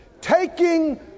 taking